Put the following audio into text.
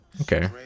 Okay